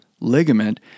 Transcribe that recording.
ligament